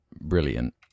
brilliant